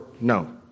no